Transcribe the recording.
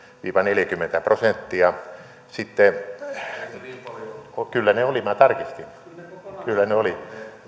viiva neljäkymmentä prosenttia kyllä ne olivat minä tarkistin kyllä ne olivat